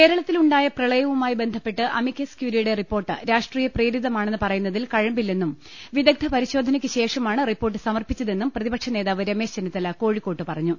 കേരളത്തിലുണ്ടായ പ്രളയവുമായി ബന്ധപ്പെട്ട് അമ്മിക്കസ് ക്യൂറിയുടെ റിപ്പോർട്ട് രാഷ്ട്രീയ പ്രേരിതമാണെന്ന് പറയുന്നതിൽ കഴമ്പില്ലെന്നും വിദഗ്ധ പരിശോധനക്ക് ശേഷമാണ് റിപ്പോർട്ട് സമർപ്പിച്ചതെന്നും പ്രതിപക്ഷനേതാവ് രമേശ് ചെന്നിത്തല കോഴി ക്കോട്ട് പറഞ്ഞു